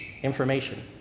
information